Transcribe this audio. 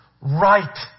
Right